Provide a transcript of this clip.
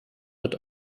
wird